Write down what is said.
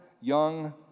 young